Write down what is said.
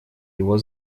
его